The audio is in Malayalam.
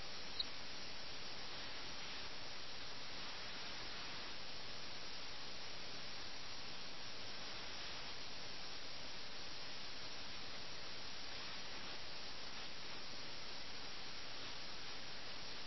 യുദ്ധക്കളത്തിലെ മരണത്തിൽ നിന്ന് രക്ഷപ്പെടാനും ഈ വലിയ ദുരന്തത്തിൽ നിന്ന് രക്ഷപ്പെടാനും രാജാവിൽ നിന്നുള്ള സമൻസുകളിൽ നിന്ന് രക്ഷപ്പെടാനും ഗോമതി നദിയുടെ തീരത്തേക്ക് ഓടിച്ചെന്ന് ആരും അറിയാത്ത ആർക്കും കണ്ടെത്തുവാൻ കഴിയാത്ത സ്ഥലത്ത് ചെസ്സ് കളിക്കുക എന്നതാണ് ഏക മാർഗമെന്ന് അവർ തീരുമാനിക്കുന്നു